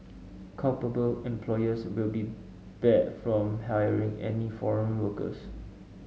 culpable employers will be barred from hiring any foreign workers